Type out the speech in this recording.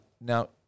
Now